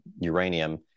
uranium